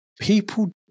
People